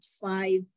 five